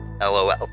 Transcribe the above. LOL